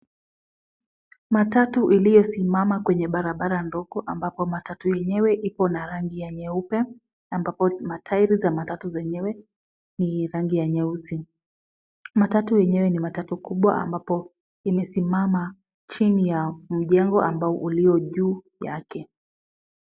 Matatu iliyosimama kwenye barabara ndogo ambapo matatu yenyewe ipo na rangi ya nyeupe ambapo matairi za matatu zenyewe ni rangi ya nyeusi. Matatu yenyewe ni matatu kubwa ambapo imesimama chini ya mjengo ambao ulio juu yake.